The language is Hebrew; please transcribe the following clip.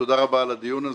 תודה רבה על הדיון הזה,